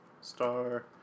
Star